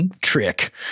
trick